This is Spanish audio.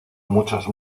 muchos